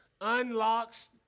unlocks